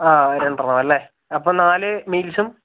ആ രണ്ടെണ്ണം അല്ലേ അപ്പൊൾ നാല് മീൽസും